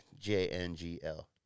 J-N-G-L